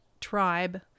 tribe